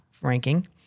ranking